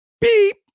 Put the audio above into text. beep